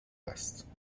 است